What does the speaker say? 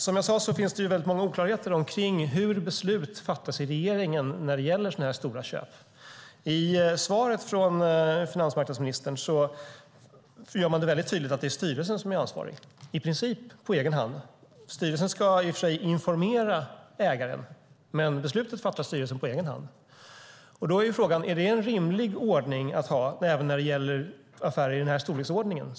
Som jag sade finns det många oklarheter i hur beslut fattas i regeringen vad gäller sådana här stora köp. I svaret från finansmarknadsministern framgår det tydligt att det är styrelsen som är ansvarig, i princip på egen hand. Styrelsen ska i och för sig informera ägaren, men beslutet fattar styrelsen på egen hand. Är det en rimlig ordning att ha även när det gäller affärer i denna storleksordning?